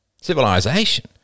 Civilization